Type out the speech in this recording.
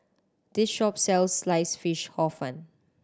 this shop sells slice fish Hor Fun